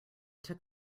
took